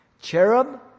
Cherub